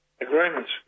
Agreements